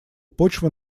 почва